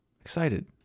Excited